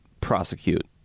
prosecute